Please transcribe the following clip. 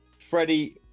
Freddie